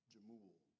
Jamul